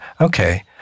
okay